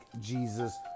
Jesus